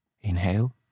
Inhale